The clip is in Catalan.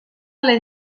les